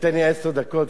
תן לי עשר דקות,